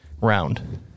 round